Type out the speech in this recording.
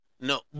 No